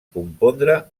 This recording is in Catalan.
compondre